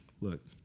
Look